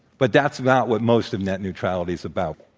but that's not what most of net neutrality is about.